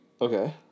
Okay